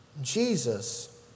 Jesus